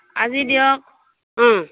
আজি দিয়ক ওম